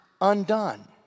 undone